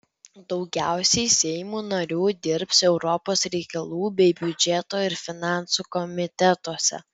daugiausiai seimo narių dirbs europos reikalų bei biudžeto ir finansų komitetuose